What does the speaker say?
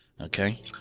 Okay